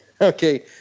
Okay